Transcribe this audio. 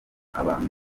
abantu